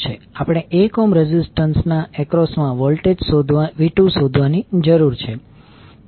આપણે 1 ohm resistance ના across મા વોલ્ટેજ V2 શોધવાની જરૂર છે